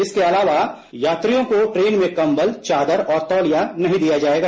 इसके अलावा यात्रियों को ट्रेन में कंबल चादर और तौलिया नहीं दिया जाएगा